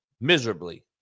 miserably